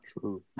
True